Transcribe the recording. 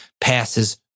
passes